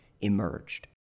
emerged